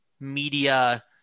media